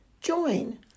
join